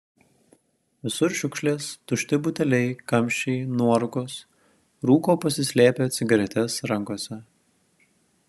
visur šiukšlės tušti buteliai kamščiai nuorūkos rūko pasislėpę cigaretes rankose